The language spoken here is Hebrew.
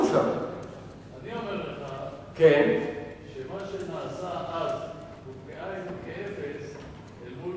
אני אומר לך שמה שנעשה אז הוא כאין וכאפס אל מול